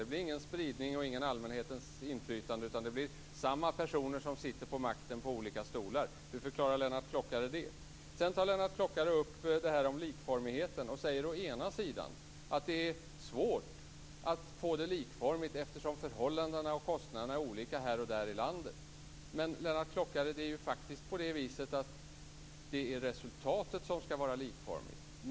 Då blir det ingen spridning och inget inflytande från allmänheten, utan det blir samma personer som har makten och som sitter på olika stolar. Hur förklarar Lennart Klockare detta? Sedan tar Lennart Klockare upp detta med likformigheten och säger att det är svårt att få det likformigt eftersom förhållandena och kostnaderna är olika här och där i landet. Men, Lennart Klockare, det är ju faktiskt på det viset att det är resultatet som skall vara likformigt.